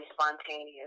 spontaneous